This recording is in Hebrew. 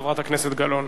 של חברת הכנסת זהבה גלאון